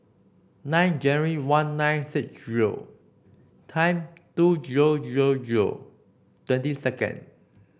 nine January one nine six zero ten to zero zero zero twenty second